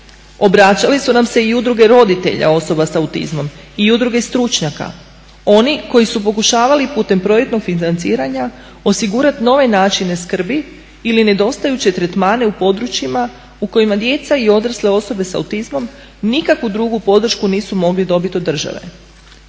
Obraćali su nam se i udruge roditelja osoba sa autizmom i udruge stručnjaka, oni koji su pokušavali putem projektnog financiranja osigurati nove načine skrbi ili nedostajuće tretmane u područjima u kojima djeca i odrasle osobe sa autizmom nikakvu drugu podršku nisu mogli dobiti od države.